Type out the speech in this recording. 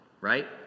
right